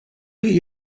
chi